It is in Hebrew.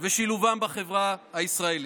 ושילובם בחברה הישראלית.